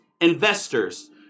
investors